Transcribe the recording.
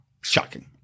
shocking